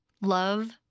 love